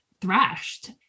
thrashed